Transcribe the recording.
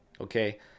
Okay